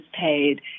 paid